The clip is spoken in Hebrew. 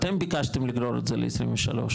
אתם ביקשתם לגרור ל-23,